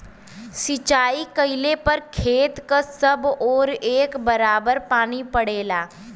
सिंचाई कइले पर खेत क सब ओर एक बराबर पानी पड़ेला